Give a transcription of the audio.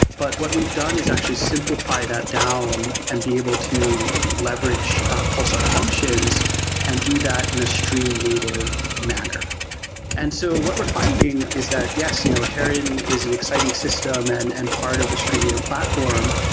but what we've done is actually simplify that down and be able to leverage pulsar functions and do that in a stream native manner and so what we're finding is that yes, you know heron is an exciting system and and part of the streamlio platform,